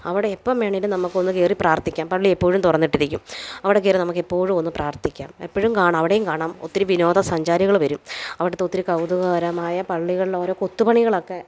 അവിടെ എപ്പം വേണേലും നമുക്കൊന്നു കയറി പ്രാർത്ഥിക്കാം പള്ളിയെപ്പോഴും തുറന്നിട്ടിരിക്കും അവിടെ കയറി നമുക്ക് എപ്പോഴു ഒന്ന് പ്രാർത്ഥിക്കാം എപ്പോഴും കാണാം അവിടേം കാണാം ഒത്തിരി വിനോദസഞ്ചാരികൾ വരും അവിടുത്തെ ഒത്തിരി കൗതുകകരമായ പള്ളികളോരോ കൊത്ത് പണികളൊക്കെ